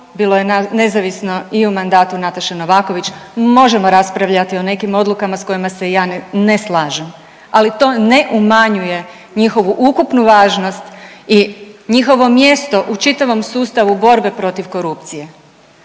bilo je nezavisno i u mandatu Nataše Novaković. Možemo raspravljati o nekim odlukama s kojima se ja ne slažem. Ali to ne umanjuje njihovu ukupnu važnost i njihovo mjesto u čitavom sustavu borbe protiv korupcije.